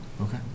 Okay